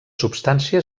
substància